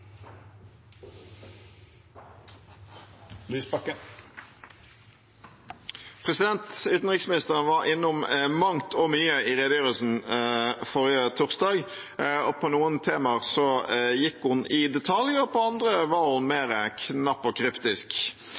Utenriksministeren var innom mangt og mye i redegjørelsen forrige torsdag. På noen temaer gikk hun i detalj, og på andre var hun mer knapp og kryptisk.